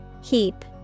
Heap